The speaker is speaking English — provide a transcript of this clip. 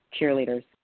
cheerleaders